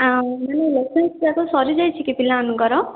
ଆଉ ମାନେ ଲେସନ୍ସ୍ ଯାକ ସରି ଯାଇଛି କି ପିଲାମାନଙ୍କର